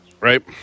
right